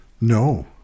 No